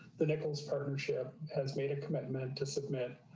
the nickels partnership has made a commitment to submit